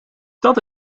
dat